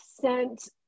sent